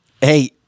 Hey